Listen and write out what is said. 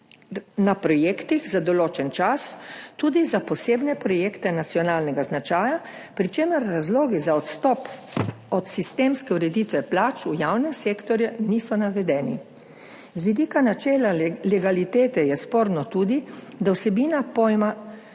na projektih za določen čas, tudi za posebne projekte nacionalnega značaja, pri čemer razlogi za odstop od sistemske ureditve plač v javnem sektorju niso navedeni. Z vidika načela legalitete je sporno tudi, da vsebina pojma